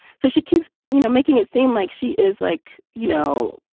so she keeps, you know, making it seem like she is like, you know,